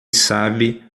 sabe